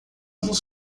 nos